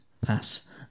pass